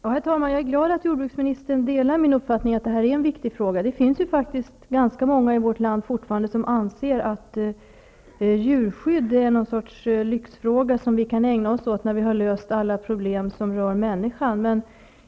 Herr talman! Jag är glad att jordbruksministern delar min uppfattning att detta är en viktig fråga. Det finns ganska många i vårt land som fortfarande anser att djurskydd är någon sorts lyxfråga, som vi kan ägna oss åt när vi har löst alla problem som rör människan.